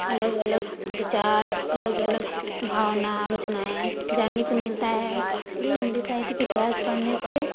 अलग अलग विचार अलग अलग भावना रचनाएँ जानने को मिलता है इसलिए हिंदी साहित्य की इतिहास पढ़ने से